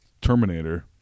Terminator